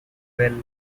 well